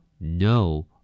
No